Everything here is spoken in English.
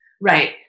Right